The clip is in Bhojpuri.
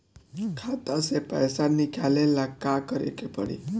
खाता से पैसा निकाले ला का करे के पड़ी?